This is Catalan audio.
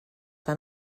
tan